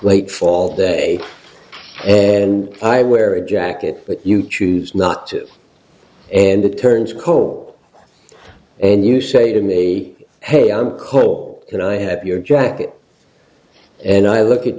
late fall day and i wear a jacket but you choose not to and it turns cold and you say to me hey i'm cold can i have your jacket and i look at